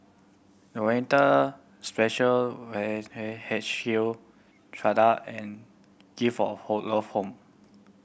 Volunteer Special H Q Strata and Gift of Home